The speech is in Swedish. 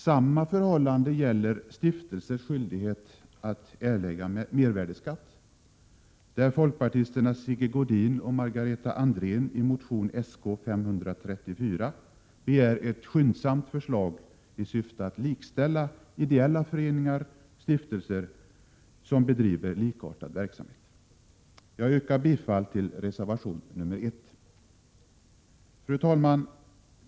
Samma förhållande gäller frågan om stiftelsers skyldighet att erlägga mervärdeskatt, där folkpartisterna Sigge Godin och Margareta Andrén i motion Sk534 begär ett skyndsamt förslag, i syfte att likställa ideella föreningar och stiftelser som bedriver likartad verksamhet. Jag yrkar bifall till reservation nr 1. Fru talman!